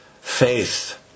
faith